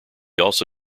also